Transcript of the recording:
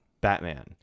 Batman